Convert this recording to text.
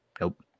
Nope